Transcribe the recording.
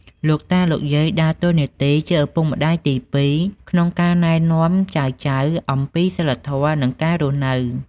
លោកតា លោកយាយ ដើរតួនាទីជាឪពុកម្តាយទីពីរ ក្នុងការណែនាំចៅៗអំពីសីលធម៌ និងការរស់នៅ។